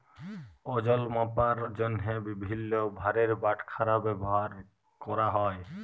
ওজল মাপার জ্যনহে বিভিল্ল্য ভারের বাটখারা ব্যাভার ক্যরা হ্যয়